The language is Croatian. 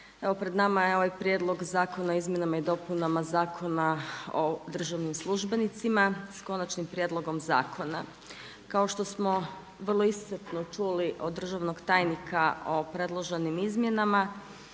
pred nama je ovaj Prijedlog zakona o izmjenama i dopunama Zakona o državnim službenicima s konačnim prijedlogom zakona. Kao što smo vrlo iscrpno čuli od državnog tajnika o predloženim izmjenama